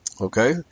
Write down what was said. okay